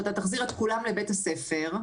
ברגע שתחזיר את כולם לבית הספר,